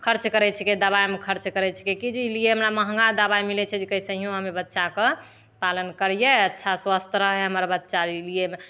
खर्च करैत छिकै दबाइमे खर्च करैत छिकै की जे ई लिए हमरा महगा दबाइ मिलैत छै की कैसहियो बच्चाके पालन करिए अच्छा स्वस्थ रहए हमरा बच्चा एहि लिए